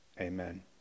amen